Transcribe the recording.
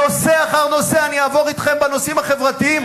נושא אחר נושא אני אעבור אתכם בנושאים החברתיים,